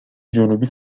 جنوبی